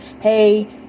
hey